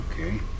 Okay